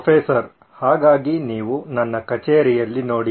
professor ಹಾಗಾಗಿ ನೀವು ನನ್ನ ಕಚೇರಿಯಲ್ಲಿ ನೋಡಿ